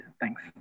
Thanks